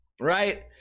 right